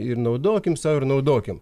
ir naudokim sau ir naudokim